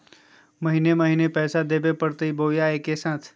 महीने महीने पैसा देवे परते बोया एके साथ?